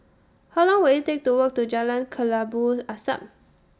How Long Will IT Take to Walk to Jalan Kelabu Asap